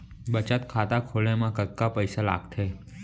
बचत खाता खोले मा कतका पइसा लागथे?